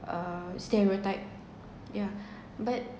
uh stereotype yeah but